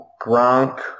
Gronk